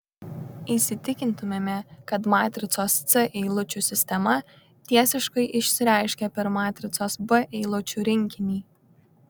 įsitikintumėme kad matricos c eilučių sistema tiesiškai išsireiškia per matricos b eilučių rinkinį